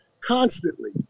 constantly